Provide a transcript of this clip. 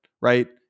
right